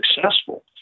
successful